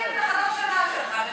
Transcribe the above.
של חברי הכנסת אורלי לוי אבקסיס,